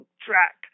track